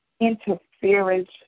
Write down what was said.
interference